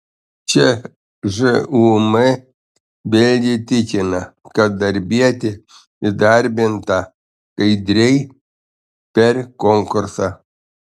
čia žūm vėlgi tikina kad darbietė įdarbinta skaidriai per konkursą